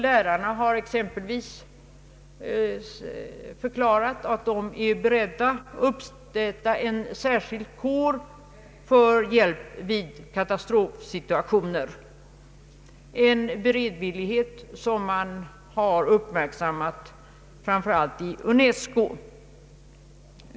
Lärarna har t.ex. förklarat att de är beredda att uppsätta en särskild kår för hjälp i katastrofsituationer, en beredvillighet som man har uppmärksammat framför allt i UNESCO.